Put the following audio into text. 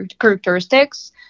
characteristics